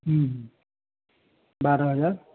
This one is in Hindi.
बारह हज़ार